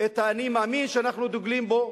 את ה"אני מאמין" שאנחנו דוגלים בו,